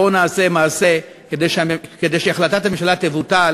בואו נעשה מעשה כדי שהחלטת הממשלה תבוטל